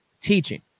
teaching